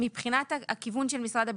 מבחינת הכיוון של משרד הביטחון,